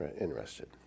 interested